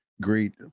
great